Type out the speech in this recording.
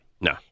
No